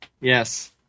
Yes